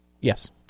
Yes